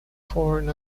foreign